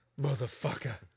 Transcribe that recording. Motherfucker